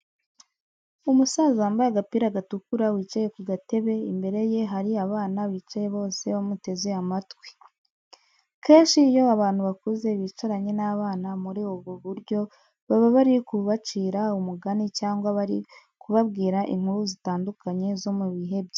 Umusaza wambaye agapira gatukura wicaye ku gatebe, imbere ye hari abana bicaye bose bamuteze amatwi. Kenshi iyo abantu bakuze bicaranye n'abana muri ubu buryo baba bari kubacira umugani cyangwa bari kubabwira inkuru zitandukanye zo mu bihe byabo.